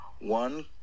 one